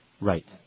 Right